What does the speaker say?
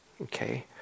Okay